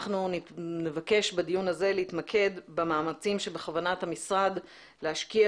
אנחנו נבקש בדיון הזה להתמקד במאמצים שבכוונת המשרד להשקיע